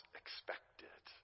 expected